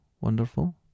wonderful